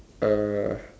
uh